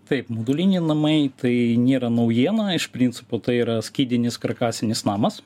taip moduliniai namai tai nėra naujiena iš principo tai yra skydinis karkasinis namas